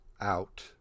Out